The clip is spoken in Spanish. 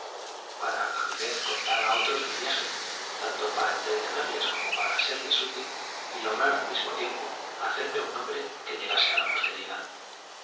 para a mi vez contar a otros mi viaje tanto para entretenerles como para serles útil y lograr al mismo tiempo hacerme un nombre que llegase a la posteridad